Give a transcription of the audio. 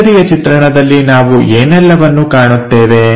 ಮೇಲ್ಬದಿಯ ಚಿತ್ರಣದಲ್ಲಿ ನಾವು ಏನೆಲ್ಲವನ್ನು ಕಾಣುತ್ತೇವೆ